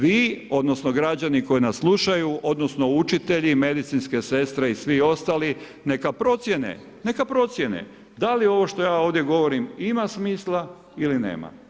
Vi, odnosno građani koji nas slušaju, odnosno učitelji, medicinske sestre, i svi ostali neka procijene, neka procijene, da li ovo što ja ovdje govorim ima smisla ili nema.